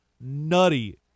nutty